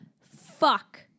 fuck